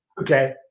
okay